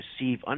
receive